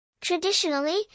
Traditionally